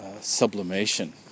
sublimation